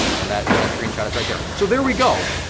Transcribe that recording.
and that that screen shot, it's right there. so there we go.